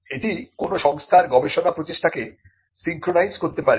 এটি কোন সংস্থার গবেষণা প্রচেষ্টাকে সিঙ্ক্রোনাইজ করতে পারে